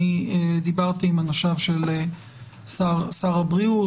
אני דיברתי עם אנשיו של שר הבריאות,